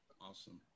awesome